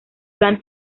plan